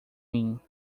mim